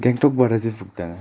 गान्तोकबाट चाहिँ पुग्दैन